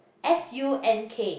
S U N K